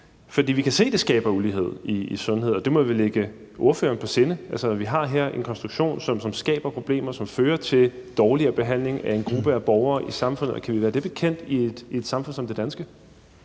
For vi kan se, at det skaber ulighed i sundhed, og det må ligge ordføreren på sinde. Vi har altså her en konstruktion, som skaber problemer, som fører til dårligere behandling af en gruppe af borgere i samfundet, og kan vi være det bekendt i et samfund som det danske?